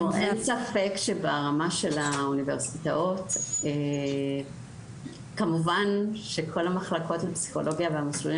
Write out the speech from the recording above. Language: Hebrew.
אין ספק שברמה של האוניברסיטאות כמובן שכל המחלקות בפסיכולוגיה והמסלולים